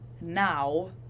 now